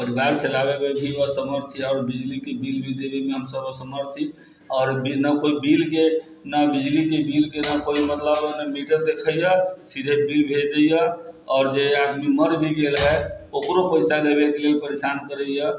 परिवार चलाबैमे भी असमर्थ छी आओर बिजलीके बिल देबैमे भी हम सभ असमर्थ छी आओर बिना कोइ बिल के न बिजलीके बिल के न कोइ मतलब न मीटर देखैया सीधे बिल भेज दैया आओर जे आदमी मर भी गेल है ओकरो पैसा देबैके लेल परेशान करैया